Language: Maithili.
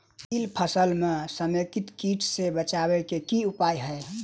तिल फसल म समेकित कीट सँ बचाबै केँ की उपाय हय?